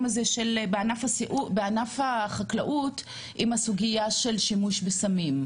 הזה של ענף החקלאות עם הסוגייה של שימוש בסמים?